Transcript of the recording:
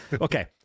Okay